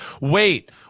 wait